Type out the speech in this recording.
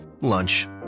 lunch